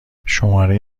شماره